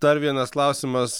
dar vienas klausimas